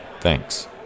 Thanks